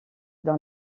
dans